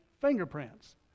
fingerprints